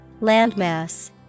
Landmass